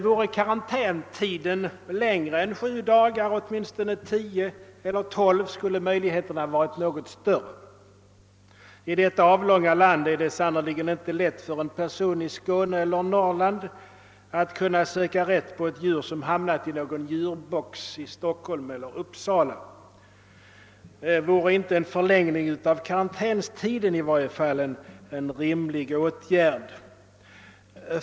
Vore karantäntiden längre än sju dagar — åtminstone tio eller tolv dagar — skulle möjligheten att spåra upp dem vara något större. I detta avlånga land är det sannerligen inte lätt för en person i Skåne eller Norrland att söka rätt på ett djur som har hamnat i någon djurbox i Stockholm eller Uppsala. Vore inte en förlängning av karantäntiden en rimlig åtgärd?